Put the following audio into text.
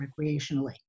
recreationally